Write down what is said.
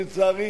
לצערי,